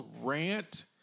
rant